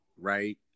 right